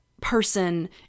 person